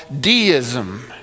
deism